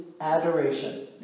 adoration